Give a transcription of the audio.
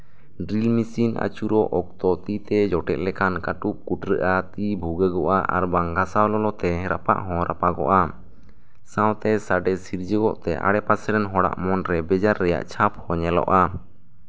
drill machine ᱟᱹᱪᱩᱨᱚᱜ ᱚᱠᱛᱮ ᱛᱤᱛᱮ ᱡᱚᱴᱮᱫ ᱞᱮᱠᱷᱟᱱ ᱠᱟᱹᱴᱩᱵ ᱠᱩᱴᱨᱟᱹᱜᱼᱟ ᱛᱤ ᱵᱷᱩᱜᱟᱹᱜᱼᱟ ᱟᱨ ᱵᱟᱝ ᱜᱟᱥᱟᱣ ᱞᱚᱞᱚᱛᱮ ᱨᱟᱯᱟᱜ ᱦᱚᱸ ᱨᱟᱯᱟᱜᱚᱜᱼᱟ ᱥᱟᱶᱛᱮ ᱥᱟᱰᱮ ᱥᱤᱨᱡᱟᱹᱣᱚᱜ ᱛᱮ ᱟᱲᱮᱯᱟᱥᱮ ᱨᱮᱱ ᱦᱚᱲ ᱟᱜ ᱢᱚᱱᱨᱮ ᱵᱮᱡᱟᱨ ᱨᱮᱭᱟᱜ ᱪᱷᱟᱯ ᱦᱚᱸ ᱧᱮᱞᱚᱜᱼᱟ